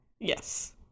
yes